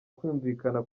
kwumvikana